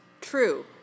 True